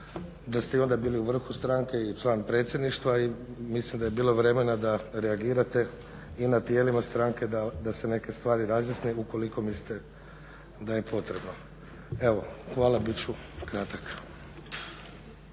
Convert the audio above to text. da ste i onda bili u vrhu stranke i član predsjedništva i mislim da je bilo vremena da reagirate i na tijelima stranke da se neke stvari razjasne ukoliko mislite da je potrebno. Evo hvala, bit ću kratak.